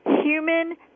human